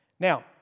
Now